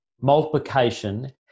Multiplication